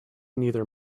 neither